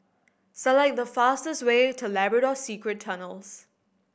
select the fastest way to Labrador Secret Tunnels